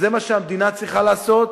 זה מה שהמדינה צריכה לעשות,